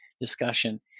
discussion